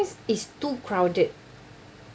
it's too crowded